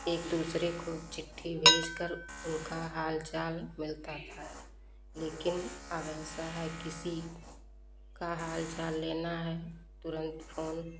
एक दूसरे को चिट्ठी भेजकर उनका हाल चाल मिलता था लेकिन अब ऐसा है किसी का हाल चाल लेना है तुरंत फोन